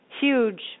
huge